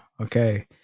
okay